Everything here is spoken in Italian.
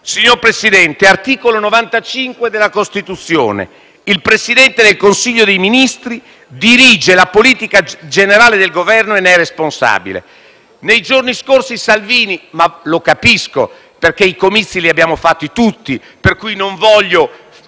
Signor Presidente, ai sensi dell'articolo 95 della Costituzione «Il Presidente del Consiglio dei Ministri dirige la politica generale del Governo e ne è responsabile». Nei giorni scorsi il ministro Salvini - lo capisco, perché i comizi li abbiamo fatti tutti e, quindi, non voglio